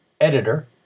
Editor